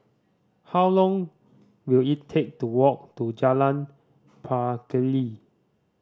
how long will it take to walk to Jalan Pacheli